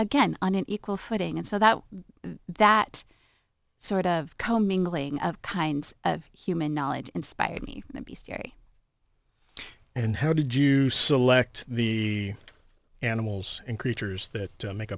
again on an equal footing and so that that sort of commingling of kinds of human knowledge inspired me to be scary and how did you select the animals and creatures that make